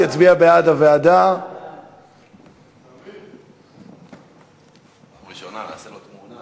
בדוח מיוחד של הוועדה המייעצת למאגר הביומטרי שהונח על שולחננו